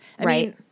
Right